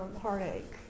heartache